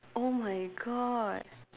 oh my God